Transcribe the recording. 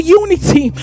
unity